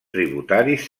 tributaris